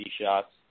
shots